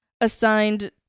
assigned